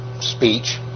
speech